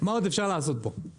מה עוד אפשר לעשות פה?